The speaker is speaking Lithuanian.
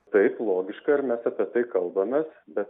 taip logiška ir mes apie tai kalbamės bet